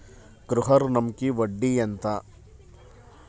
గృహ ఋణంకి వడ్డీ ఎంత?